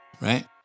right